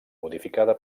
modificada